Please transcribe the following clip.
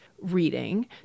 reading